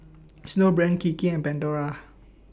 Snowbrand Kiki and Pandora